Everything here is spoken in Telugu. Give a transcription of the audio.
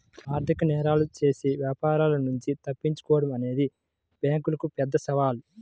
ఆర్థిక నేరాలు చేసే వ్యాపారుల నుంచి తప్పించుకోడం అనేది బ్యేంకులకు పెద్ద సవాలు